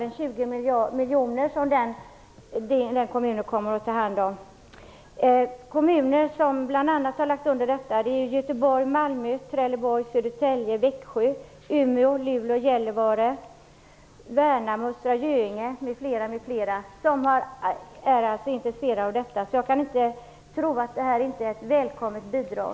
En kommun i Umetrakten kommer att ta hand om omkring 20 miljoner. Kommuner som har lagt undan pengar för detta är Jag kan därför inte tro att det här inte är ett välkommet bidrag.